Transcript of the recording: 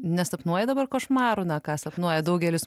nesapnuoji dabar košmarų na ką sapnuoja daugelis